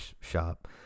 shop